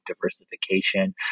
diversification